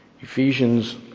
Ephesians